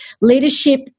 leadership